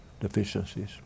deficiencies